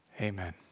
amen